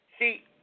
See